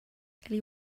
ellie